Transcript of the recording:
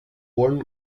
wollen